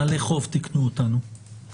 בעלי חוב תיקנו אותנו,